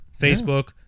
Facebook